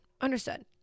understood